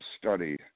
study